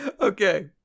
Okay